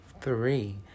three